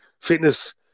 fitness